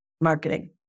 marketing